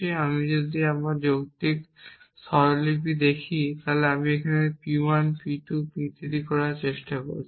আমি যদি আমার যৌক্তিক স্বরলিপিটি দেখি আমি এই P 1 P 2 P 3 করার চেষ্টা করছি